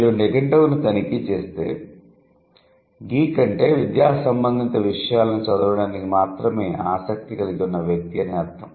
మీరు నిఘంటువును తనిఖీ చేస్తే గీక్ అంటే విద్యా సంబందిత విషయాలను చదవడానికి మాత్రమే ఆసక్తి కలిగి ఉన్న వ్యక్తి అని అర్ధం